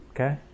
okay